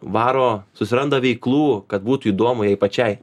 varo susiranda veiklų kad būtų įdomu jai pačiai